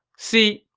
see,